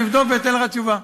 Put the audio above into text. אני אבדוק ואתן לך תשובה.